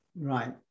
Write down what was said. Right